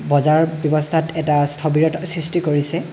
বজাৰ ব্যৱস্থাত এটা স্থবিৰতাৰ সৃষ্টি কৰিছে